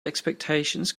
expectations